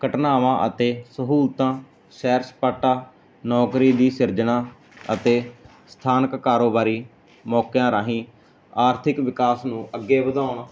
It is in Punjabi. ਘਟਨਾਵਾਂ ਅਤੇ ਸਹੂਲਤਾਂ ਸੈਰ ਸਪਾਟਾ ਨੌਕਰੀ ਦੀ ਸਿਰਜਣਾ ਅਤੇ ਸਥਾਨਕ ਕਾਰੋਬਾਰੀ ਮੌਕਿਆਂ ਰਾਹੀਂ ਆਰਥਿਕ ਵਿਕਾਸ ਨੂੰ ਅੱਗੇ ਵਧਾਉਣ